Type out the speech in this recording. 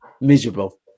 miserable